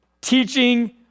teaching